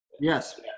Yes